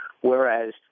whereas